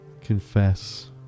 Confess